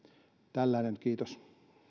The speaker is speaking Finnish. tällainen kiitos